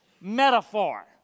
metaphor